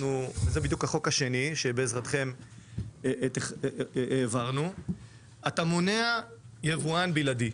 וזה בדיוק החוק השני שהעברנו בעזרתכם אתה מונע יבואן בלעדי.